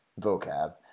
vocab